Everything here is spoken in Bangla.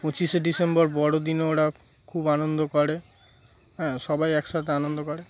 পঁচিশে ডিসেম্বর বড়দিনে ওরা খুব আনন্দ করে হ্যাঁ সবাই একসাথে আনন্দ করে